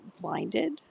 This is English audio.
blinded